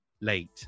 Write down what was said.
late